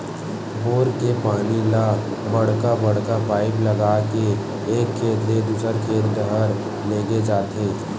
bore के पानी ल बड़का बड़का पाइप लगा के एक खेत ले दूसर खेत डहर लेगे जाथे